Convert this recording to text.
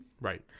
Right